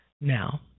Now